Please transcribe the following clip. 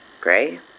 Gray